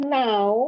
now